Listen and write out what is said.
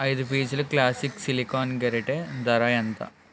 ఐదు పీసులు classic silicone గరిటె ధర ఎంత